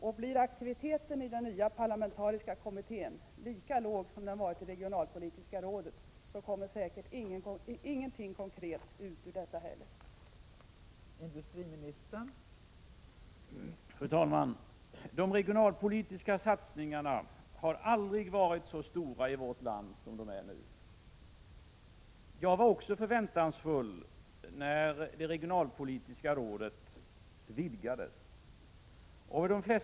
Om aktiviteten i den nya parlamentariska kommittén blir lika låg som den har varit i regionalpolitiska rådet, kommer säkerligen ingenting konkret ut ur denna kommitté heller.